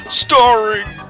starring